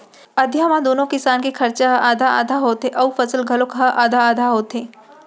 अधिया म दूनो किसान के खरचा ह आधा आधा होथे अउ फसल घलौक ह आधा आधा होथे